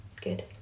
Good